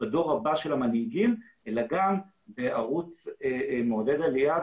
בדור הבא של המנהיגים אלא גם בערוץ מעודד עלייה,